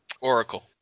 Oracle